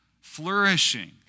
flourishing